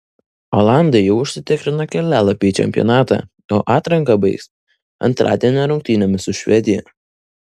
olandai jau užsitikrino kelialapį į čempionatą o atranką baigs antradienio rungtynėmis su švedija